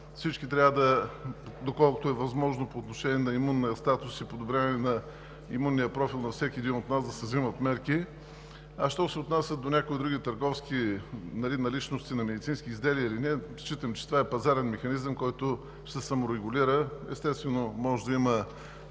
взимат мерки, доколкото е възможно, по отношение на имунния статус и подобряване на имунния профил на всеки един от нас. А що се отнася до някои други търговски наличности или не на медицински изделия, считам, че това е пазарен механизъм, който ще се саморегулира. Естествено, може да има